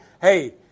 Hey